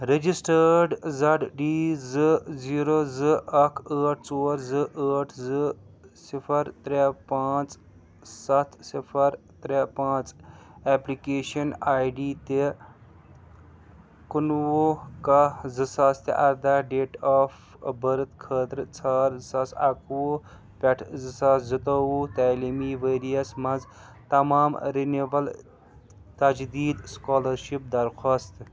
registered زڈ ڈی زٕ زیٖرو زٕ اکھ ٲٹھ ژور زٕ ٲٹھ زٕ صِفر ترے پاںٛژھ سَتھ صِفر ترے پانٛژھ ایپلکیشن آی ڈی تہِ کُنہٕ وُہ کَہہ زٕ ساس تہٕ اَرداہ ڈیٹ آف بٔرتھ خٲطرٕ ژھار زٕ ساس اَکہٕ وُہ پٮ۪ٹھٕ زٕ ساس زٕ تووُہ تعلیٖمی ورۍ یَس مَنٛز تمام رِنیٖوَل تجدیٖد سُکالرشپ درخواستہٕ